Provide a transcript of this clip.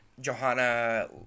Johanna